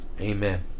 Amen